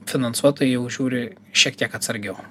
finansuotojai jau žiūri šiek tiek atsargiau